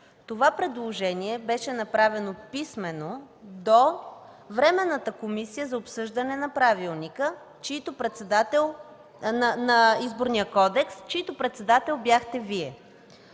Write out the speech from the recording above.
Това предложение беше направено писмено до Временната комисия за обсъждане на Изборния кодекс, чийто председател бяхте Вие.